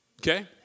Okay